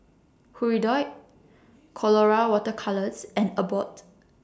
Hirudoid Colora Water Colours and Abbott